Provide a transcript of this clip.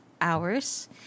hours